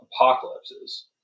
apocalypses